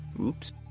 Oops